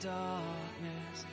darkness